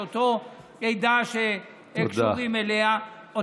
של אותה עדה שקשורים אליה.